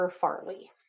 Farley